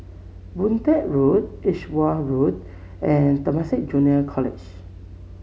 Boon Teck Road Edgeware Road and Temasek Junior College